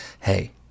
hey